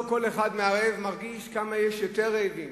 לא כל אחד מהרעבים מרגיש כמה יש יותר רעבים.